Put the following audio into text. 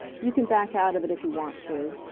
you can back out of it, if you want to.